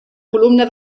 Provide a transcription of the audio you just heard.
columna